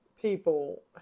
people